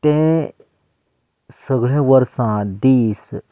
तें सगळें वर्सां दीस